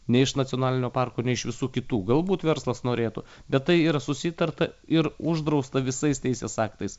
nei iš nacionalinio parko nei iš visų kitų galbūt verslas norėtų bet tai yra susitarta ir uždrausta visais teisės aktais